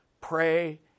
pray